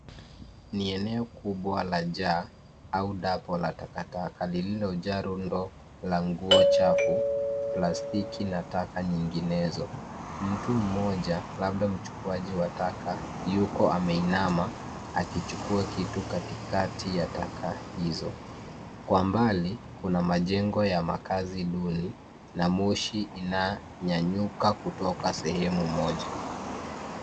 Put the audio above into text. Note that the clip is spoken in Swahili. Ni eneo kubwa la jaa au dambo la takataka lililojaa rundo la nguo chafu, plastiki na taka nyinginezo. Mtu mmoja, labda mchukuaji wa taka, yuko ameinama, akichukua kitu katikati ya taka hizo. Kwa mbali, kuna majengo ya makazi duni na moshi inanyanyuka kutoka sehemu moja.